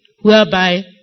whereby